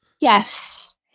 Yes